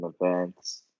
events